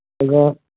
ᱟᱫᱚ